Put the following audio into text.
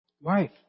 wife